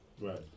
Right